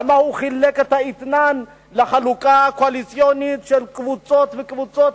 למה הוא חילק את האתנן חלוקה קואליציונית של קבוצות וקבוצות,